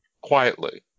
quietly